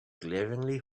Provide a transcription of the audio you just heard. glaringly